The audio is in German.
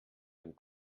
dem